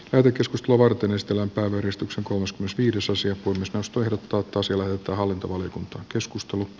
päiväkeskus novartin ystävänpäiväristuksen kosmos viidesosa kunnista osto ja tuotosjoelta hallintovaliokunta joskus tullut